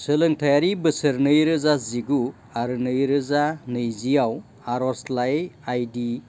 सोलोंथायारि बोसोर नैरोजा जिगु आरो नैरोजा नैजिआव आरजलाइ आइ डि